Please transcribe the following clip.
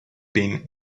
been